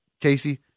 casey